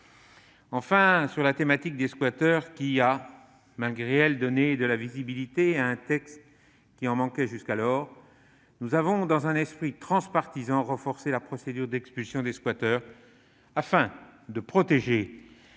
Enfin, sur la thématique des squatteurs, qui a, malgré elle, donné de la visibilité à un texte qui en manquait jusqu'alors, nous avons, dans un esprit transpartisan, renforcé la procédure d'expulsion des squatteurs afin de protéger les